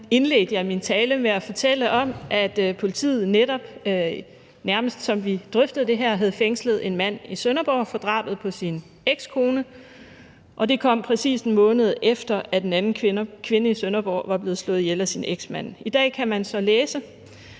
indledte jeg min tale med at fortælle om, at politiet netop, nærmest som vi drøftede det her, havde fængslet en mand i Sønderborg for drabet på sin ekskone. Det kom, præcis en måned efter at en anden kvinde i Sønderborg var blevet slået ihjel af sin eksmand. I dag kan man så læse,